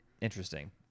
interesting